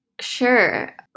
sure